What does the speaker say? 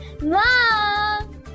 Mom